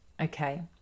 okay